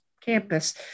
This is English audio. campus